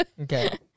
Okay